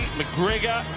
mcgregor